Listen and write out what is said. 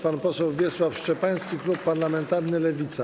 Pan poseł Wiesław Szczepański, klub parlamentarny Lewica.